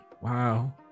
Wow